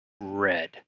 red